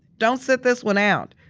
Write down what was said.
don't sit this one out.